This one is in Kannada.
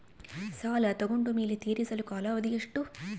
ಸಾಲ ತಗೊಂಡು ಮೇಲೆ ತೇರಿಸಲು ಕಾಲಾವಧಿ ಎಷ್ಟು?